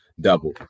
double